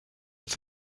with